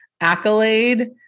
accolade